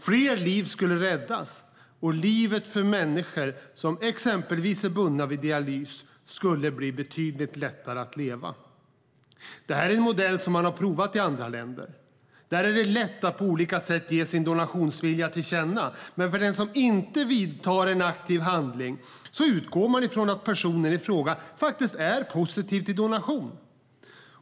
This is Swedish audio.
Fler liv skulle räddas, och livet för människor som exempelvis är bundna vid dialys skulle bli betydligt lättare att leva. Det här är den modell man provat i andra länder. Det är lätt att på olika sätt ge sin donationsvilja till känna. Men för den som inte vidtar en aktiv handling utgår man från att personen i fråga är positiv till donation.